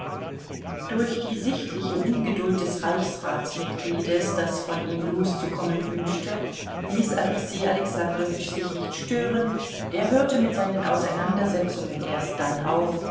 durch die sichtliche ungeduld des reichsratsmitgliedes das von ihm loszukommen wünschte ließ alexei alexandrowitsch sich nicht stören er hörte mit seinen auseinandersetzungen erst dann auf